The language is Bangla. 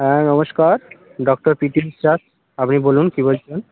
হ্যাঁ নমস্কার ডক্টর পি কে বিশ্বাস আপনি বলুন কী বলছেন